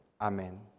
Amen